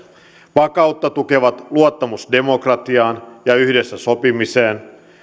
vakautta tukevat luottamus demokratiaan ja yhdessä sopimiseen